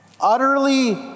Utterly